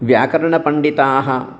व्याकरणपण्डिताः